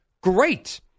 great